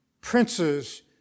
Princes